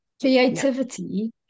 creativity